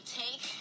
take